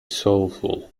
soulful